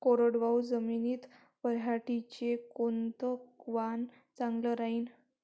कोरडवाहू जमीनीत पऱ्हाटीचं कोनतं वान चांगलं रायीन?